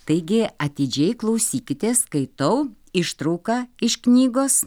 taigi atidžiai klausykitės skaitau ištrauką iš knygos